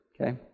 okay